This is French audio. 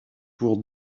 pour